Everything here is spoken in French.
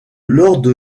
lord